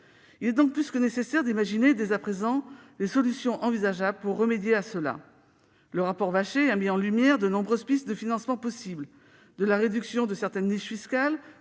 Il est donc plus que nécessaire d'imaginer dès à présent les solutions envisageables pour remédier à une telle situation. Le rapport Vachey a mis en lumière de nombreuses pistes de financement possibles. De la réduction de certaines niches fiscales